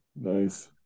nice